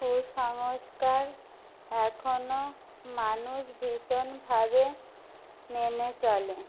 কুসংস্কার এখনো মানুষ ভীষণভাবে মেনে চলে